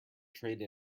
trade